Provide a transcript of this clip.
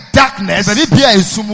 darkness